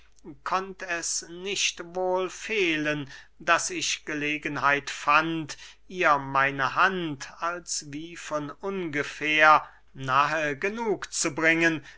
konnt es nicht wohl fehlen daß ich gelegenheit fand ihr meine hand als wie von ungefähr nahe genug zu bringen